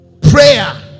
prayer